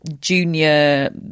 junior